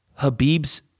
Habib's